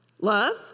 Love